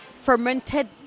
fermented